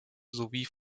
sowie